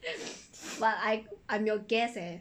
but I I'm your guest leh